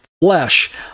flesh